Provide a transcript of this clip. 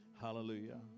hallelujah